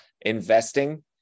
investing